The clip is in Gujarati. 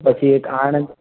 પછી એક આણંદ